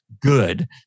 good